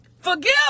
Forgive